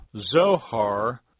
Zohar